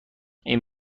این